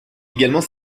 également